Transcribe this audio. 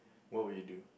what would you do